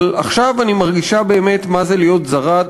אבל עכשיו אני מרגישה באמת מה זה להיות זרה,